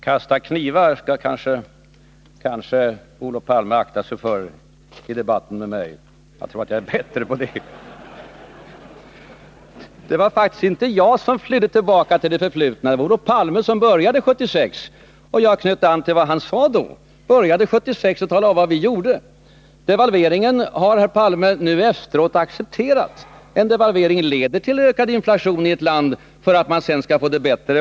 Herr talman! Att kasta knivar skall kanske Olof Palme akta sig för i debatten med mig. Jag tror att jag är bättre på det. Det var faktiskt inte jag som flydde tillbaka till det förflutna. Det var Olof Palme som började med att gå tillbaka till 1976 och tala om vad vi gjorde då, och jag knöt an till vad han sade. Devalveringen har herr Palme nu efteråt accepterat. En devalvering leder till ökad inflation i ett land för att man sedan skall få det bättre.